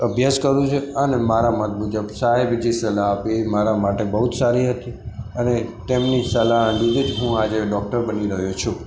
અભ્યાસ કરું છું અને મારા મત મુજબ સાહેેબે જે સલાહ આપી એ મારા માટે બહુ જ સારી હતી અને તેમની સલાહને લીધે જ હું આજે હું ડૉક્ટર બની રહ્યો છું